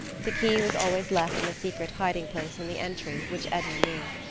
the key was always left in a secret hiding-place in the entry, which edna knew.